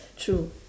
true